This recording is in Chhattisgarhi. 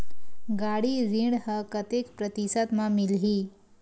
गाड़ी ऋण ह कतेक प्रतिशत म मिलही?